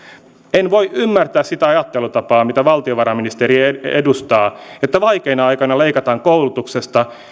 en voi ymmärtää sitä ajattelutapaa mitä valtiovarainministeri edustaa että vaikeina aikoina leikataan koulutuksesta